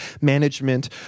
management